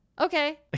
Okay